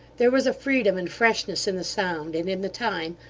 there was a freedom and freshness in the sound and in the time,